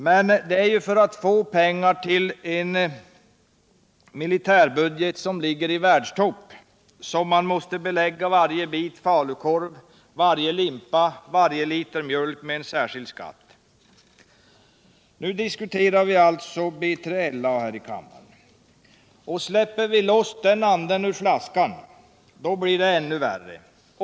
Men det är ju för att få pengar till en militärbudget som ligger i världstoppen som man måste belägga varje bit falukorv, varje limpa och varje liter mjölk med en särskild skatt. Nu diskuterar vi alltså BILA här i kammaren. Släpper vi loss den anden ur flaskan, blir det ännu värre.